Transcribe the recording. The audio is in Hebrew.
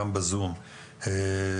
גם בזום ולהאשם.